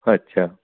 अच्छा